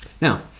now